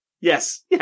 Yes